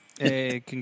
Hey